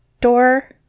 door